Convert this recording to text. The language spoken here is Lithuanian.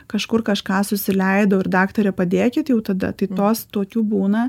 kažkur kažką susileidau ir daktare padėkit jau tada tai tos tokių būna